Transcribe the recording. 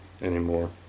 anymore